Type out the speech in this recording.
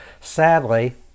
Sadly